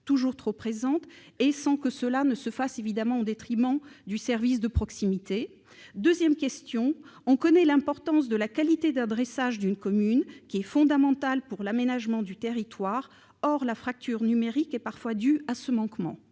toujours trop présente, sans que cela se fasse évidemment au détriment du service de proximité ? Deuxièmement, on connaît l'importance de la qualité d'adressage d'une commune, qui est fondamentale pour l'aménagement du territoire. Or la fracture numérique est parfois due à un manquement